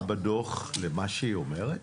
אפשר לעשות השלמה בדוח למה שהיא אומרת?